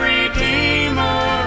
Redeemer